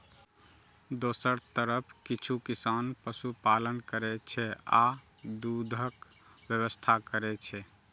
दोसर तरफ किछु किसान पशुपालन करै छै आ दूधक व्यवसाय करै छै